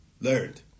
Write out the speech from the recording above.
learned